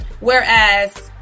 Whereas